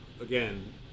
again